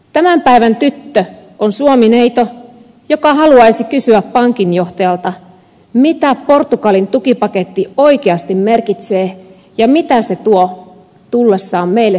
tämän päivän tyttö on suomineito joka haluaisi kysyä pankinjohtajalta mitä portugalin tukipaketti oikeasti merkitsee ja mitä se tuo tullessaan meille suomalaisille